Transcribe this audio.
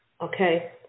Okay